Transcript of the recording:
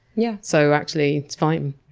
yeah so actually, it's fine.